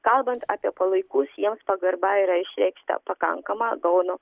kalbant apie palaikus jiems pagarba yra išreikšta pakankama gaono